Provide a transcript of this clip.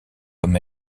comme